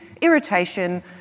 irritation